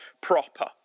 proper